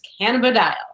cannabidiol